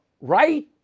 Right